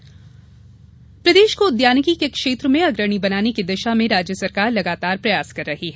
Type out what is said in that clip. उद्यानिकी फसल प्रदेश को उद्यानिकी के क्षेत्र में अग्रणी बनाने की दिशा में राज्य सरकार लगातार प्रयास कर रही है